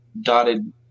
dotted